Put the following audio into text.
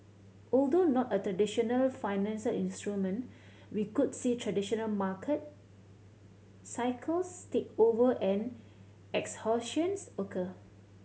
although not a traditional financial instrument we could see traditional market cycles take over and exhaustions occur